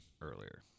earlier